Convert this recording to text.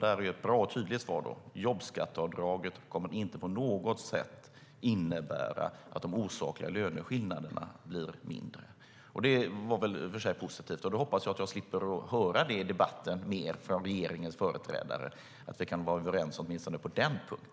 det är ett bra och tydligt svar - att jobbskatteavdraget inte på något sätt kommer att innebära att de osakliga löneskillnaderna blir mindre. Det var väl i och för sig positivt. Då hoppas jag att jag slipper höra det mer i debatten från regeringens företrädare, så att vi kan vara överens åtminstone på den punkten.